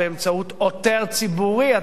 באמצעות עותר ציבורי,